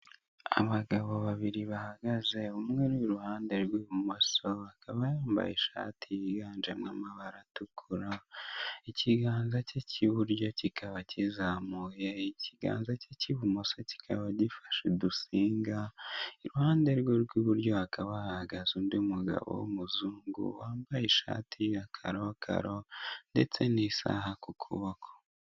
Abagabo babiri bahagaze umwe iruhande rw'ibumoso bakaba yambaye ishati yiganjemo amabara atukura, ikiganza cye cy'iburyo kikaba kiyizamuye, ikiganza cye cy'ibumoso kikaba gifashe udusinga, iruhande rw'iburyo hakaba hahagaze undi mugabo w'umuzungu wambaye ishati y'ikarokaro ndetse n'isaha ku kuboko,